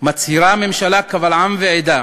מצהירה הממשלה קבל עם ועדה